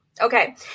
okay